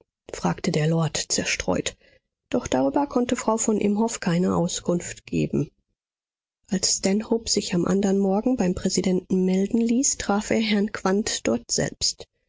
fragte der lord zerstreut doch darüber konnte frau von imhoff keine auskunft geben als stanhope sich am andern morgen beim präsidenten melden ließ traf er herrn quandt dortselbst